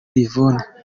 yvonne